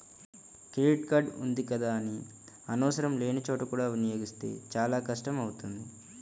credit card ఉంది కదా అని ఆవసరం లేని చోట కూడా వినియోగిస్తే తర్వాత చాలా కష్టం అవుతుంది